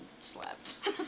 slept